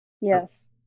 Yes